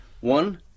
One